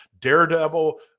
Daredevil